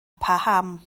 paham